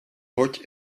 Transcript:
rock